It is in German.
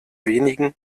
wenigen